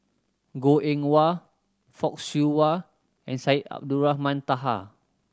Goh Eng Wah Fock Siew Wah and Syed Abdulrahman Taha